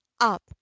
up